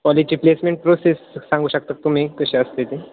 कॉलेजची placement process सांगू शकता तुम्ही कशी असते ती